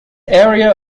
area